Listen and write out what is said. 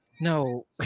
No